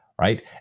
right